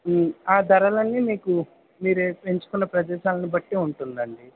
ఆ ధరలన్నీ మీకు మీరు ఎంచుకున్న ప్రదేశాలను బట్టి ఉంటుందండి